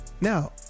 Now